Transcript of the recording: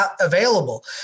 available